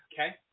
Okay